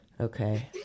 Okay